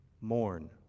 mourn